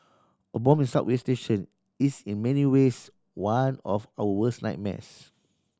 a bomb in subway station is in many ways one of our worse nightmares